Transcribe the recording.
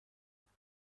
موها